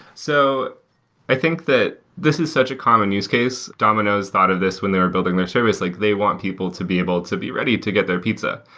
so i think the this is such a common use case. domino's thought of this when they were building their service. like they want people to be able to be ready to get their pizza.